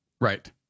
Right